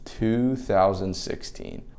2016